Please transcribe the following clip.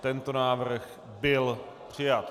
Tento návrh byl přijat.